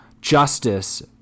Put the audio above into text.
justice